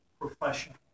Professional